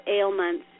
ailments